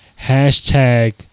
Hashtag